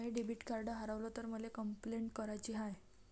माय debit card हारवल तर मले कंपलेंट कराची हाय